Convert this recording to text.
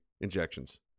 injections